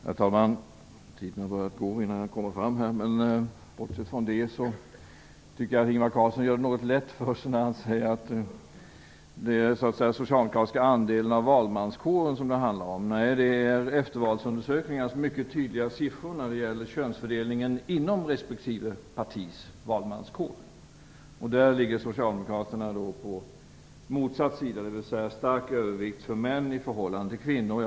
Herr talman! Taletiden har börjat gå innan jag har kommit fram till talarstolen. Bortsett från det tycker jag att Ingvar Carlsson gör det något lätt för sig när han säger att eftervalsundersökningarna handlar om den socialdemokratiska andelen av valmanskåren. Eftervalsundersökningarnas mycket tydliga siffror gäller könsfördelningen inom respektive partis valmanskår. Socialdemokraterna har fått motsatta siffror, dvs. att det är en stark övervikt för antalet män i förhållande till antalet kvinnor.